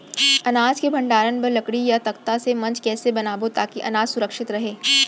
अनाज के भण्डारण बर लकड़ी व तख्ता से मंच कैसे बनाबो ताकि अनाज सुरक्षित रहे?